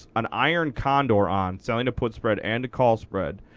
an iron condor on, selling a put spread and a call spread,